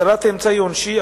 הטלת אמצעי עונשי,